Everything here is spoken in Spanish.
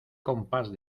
compás